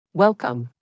Welcome